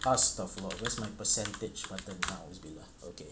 asked the floor just my percentage turn out is great lah okay